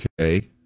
Okay